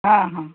ହଁ ହଁ